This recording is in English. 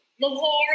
Lahore